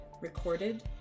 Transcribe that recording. recorded